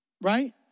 right